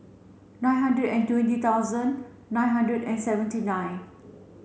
nine hundred and twenty thousand nine hundred and seventy nine